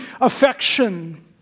affection